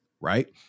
Right